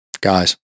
guys